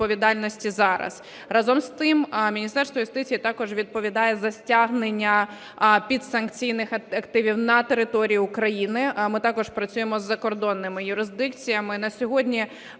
зараз. Разом з тим, Міністерство юстиції також відповідає за стягнення підсанкційних активів на території України. Ми також працюємо із закордонними юрисдикціями.